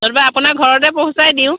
নহ'লেবা আপোনাৰ ঘৰতে পহুচাই দিওঁ